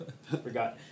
Forgot